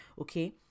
okay